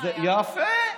יפה.